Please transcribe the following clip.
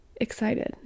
Excited